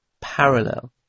parallel